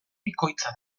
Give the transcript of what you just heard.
bikoitza